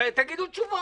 תגידו תשובות.